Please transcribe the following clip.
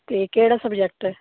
ਤੇ ਕਿਹੜਾ ਸਬਜੈਕਟ ਹੈ